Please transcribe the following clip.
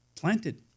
planted